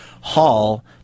Hall